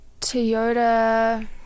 toyota